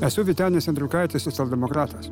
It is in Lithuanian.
esu vytenis andriukaitis socialdemokratas